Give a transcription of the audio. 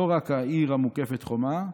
לא רק העיר המוקפת חומה,